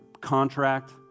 contract